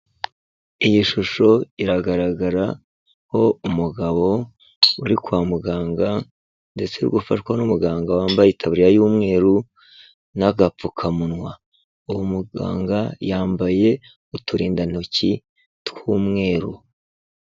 Iyi shusho iragaragaraho umugabo uri kwa muganga ndetse uri gufashwa n'umuganga wambaye itaburiya y'umweru n'agapfukamunwa, uwo muganga yambaye uturindantoki tw'umweru.